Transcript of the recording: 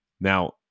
now